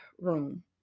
room